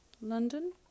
London